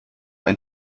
ein